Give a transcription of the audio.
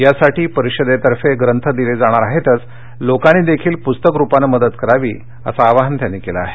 यासाठी परिषदेतर्फे ग्रंथ दिले जाणार आहेतच लोकांनी देखील प्रस्तकरूपाने मदत करावी असं आवाहन त्यांनी केलं आहे